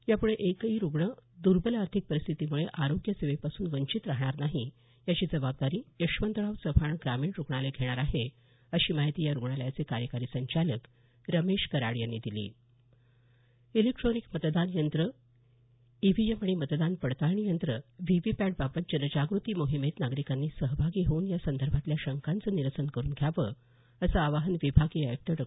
यापुढे एकही रुग्ण दुर्बल आर्थिक परिस्थितीमुळे आरोग्य सेवेपासून वंचित राहणार नाही याची जबाबदारी यशवंतराव चव्हाण ग्रामीण रुग्णालय घेणार आहे अशी माहिती या रुग्णालयाचे कार्यकारी संचालक रमेश कराड यांनी दिली इलेक्ट्रॉनिक मतदान यंत्रं ईव्हीएम आणि मतदान पडताळणी यंत्र व्हीव्हीपॅटबाबत जनजागृती मोहिमेत नागरिकांनी सहभागी होऊन यासंदर्भातल्या शंकांचं निरसन करून घ्यावं असं आवाहन विभागीय आयुक्त डॉ